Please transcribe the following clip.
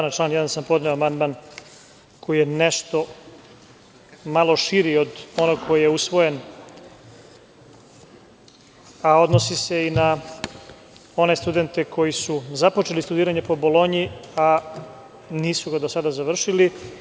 Na član 1. sam podneo amandman koji je nešto malo širi od onog koji je usvojen, a odnosi se i na one studente koji su započeli studiranje po Bolonji, a nisu ga do sada završili.